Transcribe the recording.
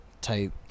type